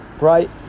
right